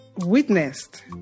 Witnessed